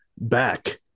back